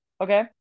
Okay